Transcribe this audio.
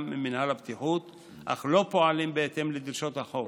ממינהל הבטיחות אך לא פועלים בהתאם לדרישות החוק,